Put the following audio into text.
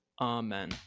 Amen